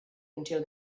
until